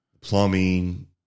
plumbing